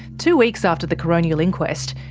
two weeks after the coronial inquest,